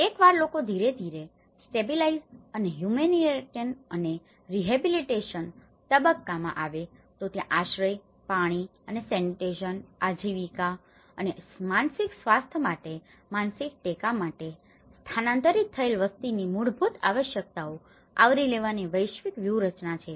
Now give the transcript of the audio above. એકવાર લોકો ધીરે ધીરે સ્ટેબીલાઈઝ અને હ્યુમેનીટેરીયન અને રીહેબીલીટેશન તબક્કામાં આવે તો ત્યાં આશ્રય પાણી અને સેનિટેશન આજીવિકા અને માનસિક સ્વાસ્થ્ય માટે માનસિક ટેકા માટે સ્થાનાંતરિત થયેલ વસ્તીની મૂળભૂત આવશ્યકતાઓને આવરી લેવાની વૈશ્વિક વ્યૂહરચનાઓ છે